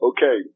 Okay